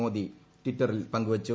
മോദി ട്വിറ്ററിൽ പങ്കുവച്ചു